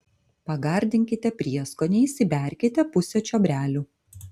pagardinkite prieskoniais įberkite pusę čiobrelių